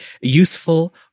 useful